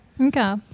Okay